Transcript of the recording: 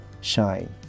shine